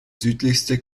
südlichste